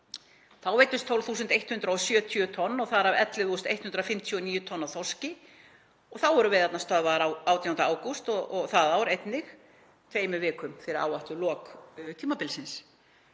þá veiddust 12.170 tonn og þar af 11.159 tonn af þorski og þá eru veiðarnar stöðvaðar 18. ágúst það ár, einnig tveimur vikum fyrir áætluð lok tímabilsins.